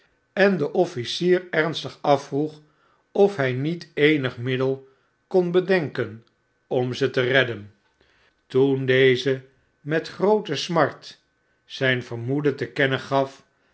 en den officier ernstig afvroeg of hg niet eenig middel kon bedenken om ze te redden toen deze met groote smart zgn vermoeden te kennen gaf